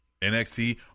NXT